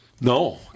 No